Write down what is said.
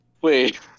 Wait